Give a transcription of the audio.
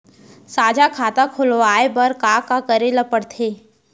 साझा खाता खोलवाये बर का का करे ल पढ़थे?